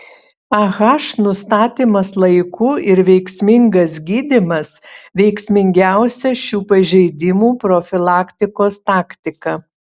ah nustatymas laiku ir veiksmingas gydymas veiksmingiausia šių pažeidimų profilaktikos taktika